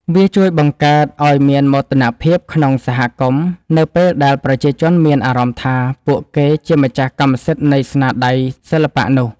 វាជួយបង្កើតឱ្យមានមោទនភាពក្នុងសហគមន៍ នៅពេលដែលប្រជាជនមានអារម្មណ៍ថាពួកគេជាម្ចាស់កម្មសិទ្ធិនៃស្នាដៃសិល្បៈនោះ។